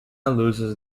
loses